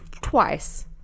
Twice